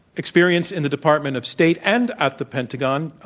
experience in the department of state and at the pentagon.